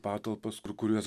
patalpas kur kuriuos